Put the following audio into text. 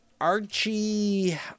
Archie